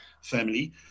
family